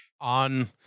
on